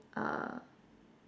uh